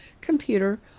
computer